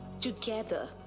together